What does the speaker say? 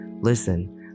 listen